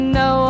no